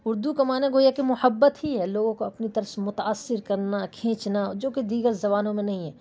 اردو کے معنی گویا کہ محبت ہی ہے لوگوں کو اپنی طرش متاثر کرنا کھینچنا جو کہ دیگر زبانوں میں نہیں ہے